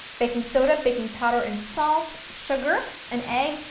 baking soda, baking powder and salt, sugar, an egg,